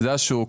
זה השוק.